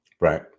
Right